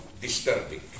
disturbing